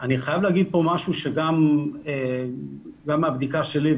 אני חייב להגיד פה משהו שגם מהבדיקה שלי,